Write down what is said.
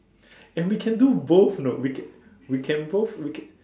and we can do both you know we can we can both we can